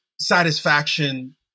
satisfaction